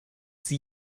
sie